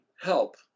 help